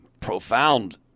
profound